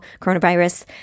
coronavirus